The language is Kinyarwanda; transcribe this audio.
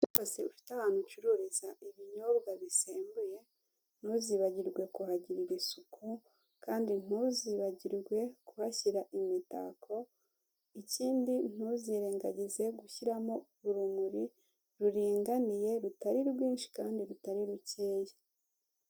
Ufite ahantu ucururiza ibinyobwa bisembuye ntuzibagirwe kuhagirira isuku, kandi ntuzibagirwe kuhashyira imitako, ikindi ntuzirengagize gushyiramo urumuri ruringaniye rutari rwinshi kandi rutari rukeya.